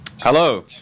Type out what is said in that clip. Hello